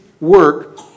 work